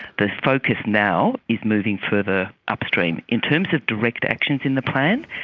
the focus now is moving further upstream. in terms of direct actions in the plan,